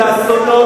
את האסונות,